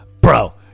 Bro